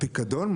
הפיקדון?